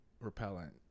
repellent